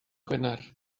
gwener